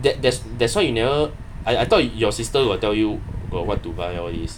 that that that's why you never I I thought you your sister will tell you got what to buy all these